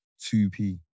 2p